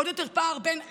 עוד יותר פער בין עובדים,